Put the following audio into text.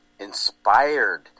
Inspired